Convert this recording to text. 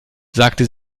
sagte